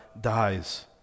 dies